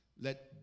let